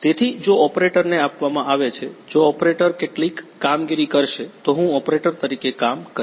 તેથી જો ઓપરેટરને આપવામાં આવે છે જો ઓપરેટર કેટલીક કામગીરી કરશે તો હું ઓપરેટર તરીકે કામ કરીશ